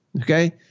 Okay